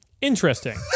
interesting